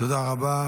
תודה רבה.